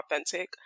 authentic